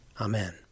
Amen